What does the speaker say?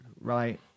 right